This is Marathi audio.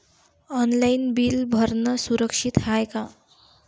ऑनलाईन बिल भरनं सुरक्षित हाय का?